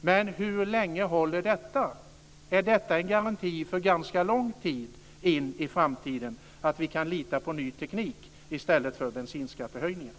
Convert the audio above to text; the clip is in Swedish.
Men hur länge håller detta? Är det en garanti för ganska lång tid in i framtiden att vi kan lita på ny teknik i stället för bensinskattehöjningar?